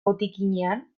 botikinean